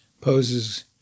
poses